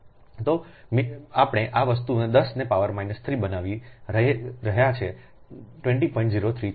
તો મીલી આપણે આ વસ્તુમાં 10 ને પાવર માઈનસ 3 બનાવી રહ્યા છીએ 20